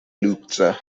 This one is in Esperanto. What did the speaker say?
lukse